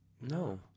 No